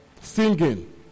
singing